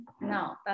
no